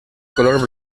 color